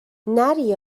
نری